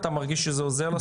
אתה מרגיש שזה עוזר לסטודנטים?